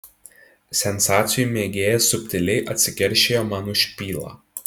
sensacijų mėgėjas subtiliai atsikeršijo man už pylą